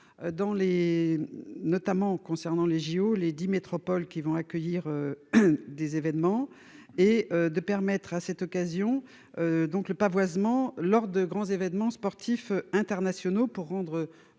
notamment concernant les JO, les 10 métropoles qui vont accueillir. Des événements et de permettre à cette occasion. Donc le pavoisement lors de grands événements sportifs internationaux pour rendre